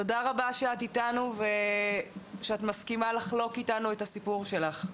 תודה רבה שאת איתנו ושאת מסכימה לחלוק איתנו את הסיפור שלך.